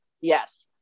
yes